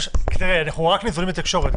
תראה, אנחנו רק ניזונים מהתקשורת.